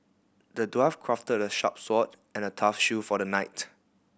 the dwarf crafted a sharp sword and a tough shield for the knight